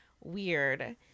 weird